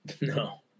No